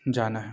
جانا ہے